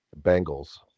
Bengals